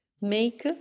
make